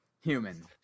Human